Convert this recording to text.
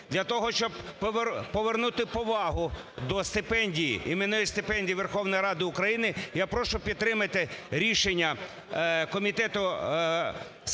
для того, щоб повернути повагу до стипендій, іменних стипендій Верховної Ради України, я прошу підтримати рішення Комітету з питань науки